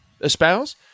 espouse